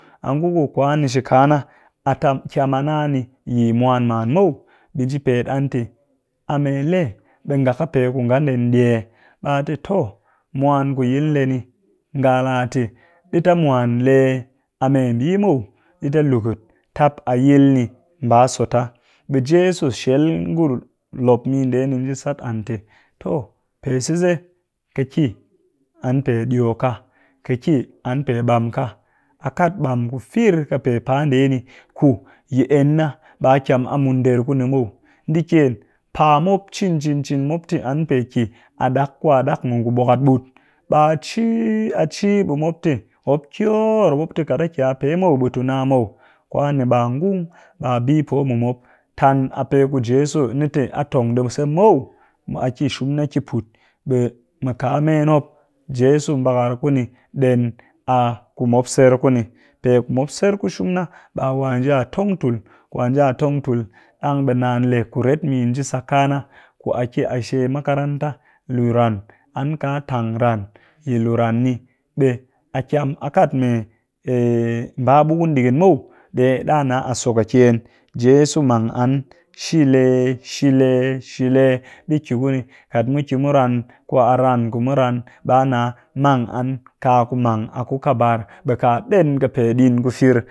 A ngu ku kwanni shi kaa na a kyam a nna ni mwan man muw, ɓe nji pet an te a mee lee ɓe nga ƙɨ pee ku nga ndee ni eh? Ɓa te toh! Mwan ku yil ndee ni ngala te ɗi ta mwan le a meembii muw ɗii ta lukut tap a yil mba so ta, ɓe jeso shel ngu lop min ndee ni nji sat an te "pe sise, ƙɨ ki an pe diyo ka ƙɨ an pe ɓam ka" a kat bam ku fir pe paa ndee ni ku yi en na ɓa kyam a mun nder ku ni muw. ɗii kyen paa mop cin cin mop te an pe ki a ɗak mu ngu bwakat ɓut, ɓa ci a ci ɓe mop te mop kyor mop te kat a ki a pe muw ɓe tu nna muw, kwan ni ɓa ngun ɓa bi poo mu mop, tan a pe ku jeso te a tong ɗii muw, a ki shum na ki put ɓe mu kaa meen mop jeso mbakar ku ni den a ku mop ser ku ni, pe ku mop ser ku shum na ɓa wa nji a tong tul ɗang ɓe naan le kuret min nji sa ka na ku a ki a she makaranta lu ran an ka tang ran yi lu ran ni, be a kyam a kat mee mba bukun ɗigin muw ɓe ɗa nna a so kakyen jeso mang an shile shile shile ɗi ki ku ni kat mu ki mu ran ku a ran ku mu ran ɓa nna mang an kaku mang a ku ƙabar ɓe ka ɗen ka pe ɗiin ku fir